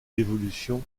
l’évolution